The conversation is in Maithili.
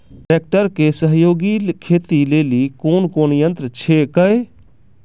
ट्रेकटर के सहयोगी खेती लेली कोन कोन यंत्र छेकै?